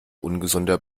ungesunder